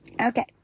Okay